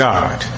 God